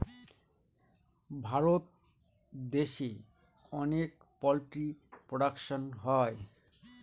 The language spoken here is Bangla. ভারত দেশে অনেক পোল্ট্রি প্রোডাকশন হয়